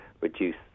reduce